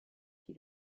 qui